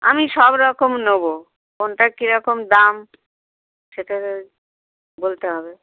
আমি সব রকম নেবো কোনটা কীরকম দাম সেটা বলতে হবে